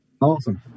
Awesome